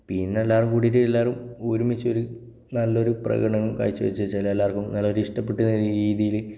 പിന്നെ എല്ലാവരും കൂടിയിട്ട് എല്ലാവരും ഒരുമിച്ചൊരു നല്ല ഒരു പ്രകടനം കാഴ്ച വച്ചു എല്ലാവർക്കും ഒരു ഇഷ്ടപെട്ട രീതിയിൽ